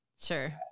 Sure